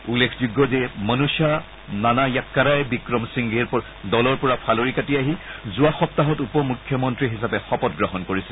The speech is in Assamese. উল্লেখযোগ্য যে মনুষা নানায়াক্কাৰাই বিক্ৰমসিংঘেৰ দলৰ পৰা ফালৰি কাটি আহি যোৱা সপ্তাহত উপ মন্ত্ৰী হিচাপে শপতগ্ৰহণ কৰিছিল